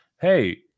hey